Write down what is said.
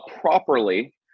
properly